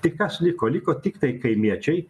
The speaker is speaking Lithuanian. tai kas liko liko tiktai kaimiečiai